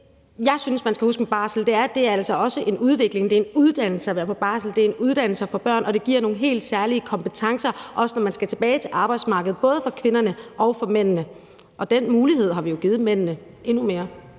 at være på barsel, det er en uddannelse at få børn, og det giver nogle helt særlige kompetencer, også når man skal tilbage til arbejdsmarkedet, både for kvinderne og for mændene. Den mulighed har vi jo givet mændene endnu mere.